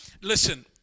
Listen